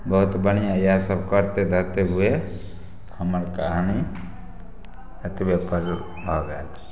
बहुत बढ़िआँ इएह सब करते धरते हुए हमर कहानी एतबेपर भऽ गेल